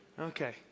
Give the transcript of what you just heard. Okay